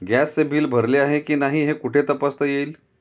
गॅसचे बिल भरले आहे की नाही हे कुठे तपासता येईल?